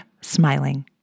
smiling